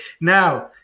Now